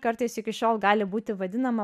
kartais iki šiol gali būti vadinama